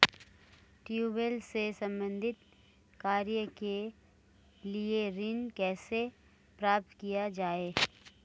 Tubewell से संबंधित कार्य के लिए ऋण कैसे प्राप्त किया जाए?